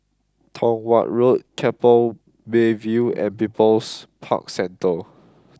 Tong Watt Road Keppel Bay View and People's Park Centre